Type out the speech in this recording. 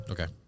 Okay